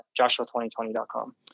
Joshua2020.com